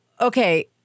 okay